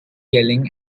yelling